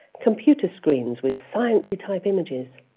computer screens with sciencey type images,